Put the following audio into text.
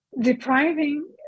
Depriving